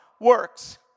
works